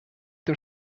dem